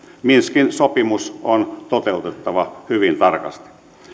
minskin sopimus on toteutettava hyvin tarkasti